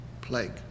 Plague